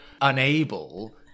unable